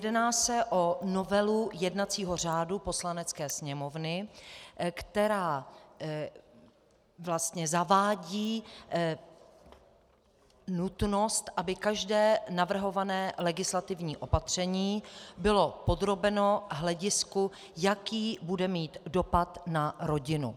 Jedná se o novelu jednacího řádu Poslanecké sněmovny, která vlastně zavádí nutnost, aby každé navrhované legislativní opatření bylo podrobeno hledisku, jaký bude mít dopad na rodinu.